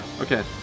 Okay